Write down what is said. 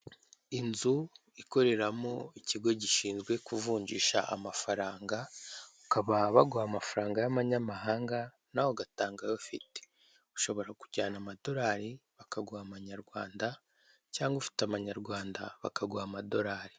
Inzu ikoreramo ikigo gishinzwe kuvunjisha amafaranga bakaba baguha amafaranga y'amanyamahanga, nawe ukabaha ayo ufite ushobora kujyana amadorari bakaguha amanyarwanda cyangwa ufite amanyarwanda bakaguha amadorari.